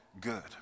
good